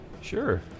sure